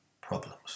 problems